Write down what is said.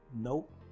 nope